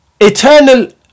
Eternal